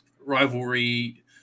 Rivalry